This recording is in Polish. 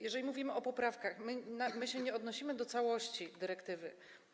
Jeżeli mówimy o poprawkach, to my się nie odnosimy do całości dyrektywy.